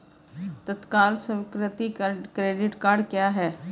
तत्काल स्वीकृति credit cards क्या हैं?